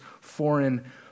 foreign